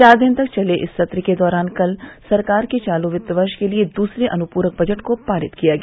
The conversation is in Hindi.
चार दिन तक चले सत्र के दौरान कल सरकार के चालू वित्त वर्ष के लिये दूसरे अनपूरक बजट को पारित किया गया